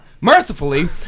Mercifully